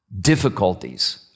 Difficulties